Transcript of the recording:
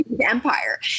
empire